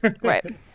right